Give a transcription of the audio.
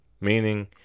meaning